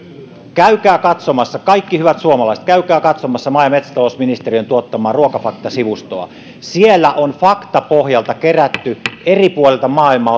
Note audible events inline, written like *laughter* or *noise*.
käykää katsomassa kaikki hyvät suomalaiset käykää katsomassa maa ja metsätalousministeriön tuottamaa ruokafakta sivustoa sinne on faktapohjalta kerätty eri puolilta maailmaa *unintelligible*